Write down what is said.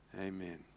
Amen